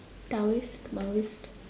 taoist maoist